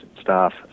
staff